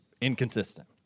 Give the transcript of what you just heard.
inconsistent